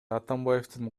атамбаевдин